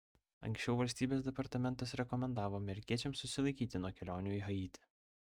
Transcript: anksčiau valstybės departamentas rekomendavo amerikiečiams susilaikyti nuo kelionių į haitį